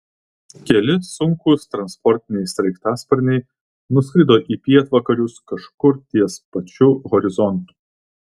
keli sunkūs transportiniai sraigtasparniai nuskrido į pietvakarius kažkur ties pačiu horizontu